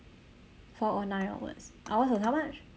four O nine onwards ours is how much